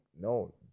no